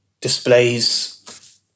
displays